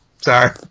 Sorry